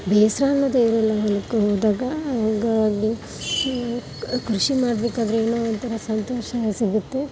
ಬೇಸರ ಅನ್ನೋದೇನಿಲ್ಲ ಹೊಲಕ್ಕೆ ಹೋದಾಗ ಹಾಗಾಗಿ ಕೃಷಿ ಮಾಡಬೇಕಾದ್ರೆ ಏನೋ ಒಂಥರ ಸಂತೋಷ ಸಿಗುತ್ತೆ